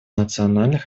национальных